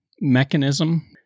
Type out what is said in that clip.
mechanism